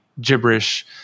gibberish